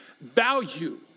value